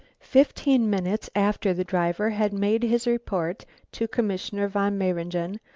fifteen minutes after the driver had made his report to commissioner von mayringen,